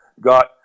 got